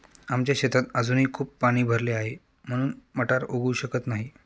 आमच्या शेतात अजूनही खूप पाणी भरले आहे, म्हणून मटार उगवू शकत नाही